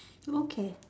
okay